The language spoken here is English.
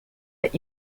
but